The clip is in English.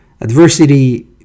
Adversity